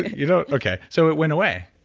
you don't. okay. so it went away?